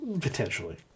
Potentially